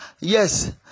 yes